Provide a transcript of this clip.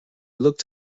looked